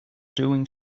doing